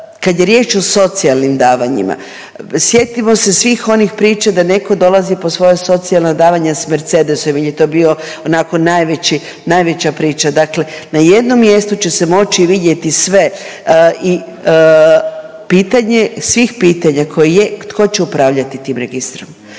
Kad je riječ o socijalnim davanjima sjetimo se svih onih priča da netko dolazi po svoja socijalna davanja sa Mercedesom, jer je to bio onako najveća priča. Dakle, na jednom mjestu će se moći vidjeti sve i pitanje svih pitanja koje je tko će upravljati tim registrima,